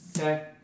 Okay